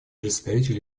представитель